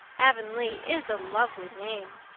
avonlea is a lovely name.